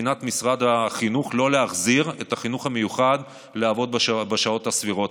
מבחינת משרד החינוך לא להחזיר את החינוך המיוחד לעבוד בשעות הסבירות.